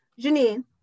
Janine